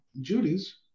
Judy's